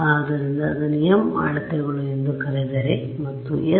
ಆದ್ದರಿಂದ ಅದನ್ನು m ಅಳತೆಗಳು ಎಂದು ಕರೆದರೆ ಮತ್ತು ಅದು s